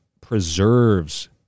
preserves